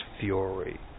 fury